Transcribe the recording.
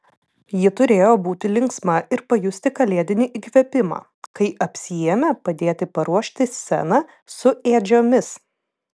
ji turėjo būti linksma ir pajusti kalėdinį įkvėpimą kai apsiėmė padėti paruošti sceną su ėdžiomis